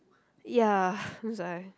ya that's why